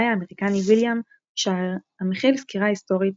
האמריקני ויליאם שיירר המכיל סקירה היסטורית